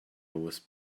was